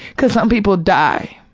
cause some people die.